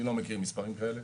אני לא מכיר מספרים כאלה,